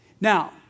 Now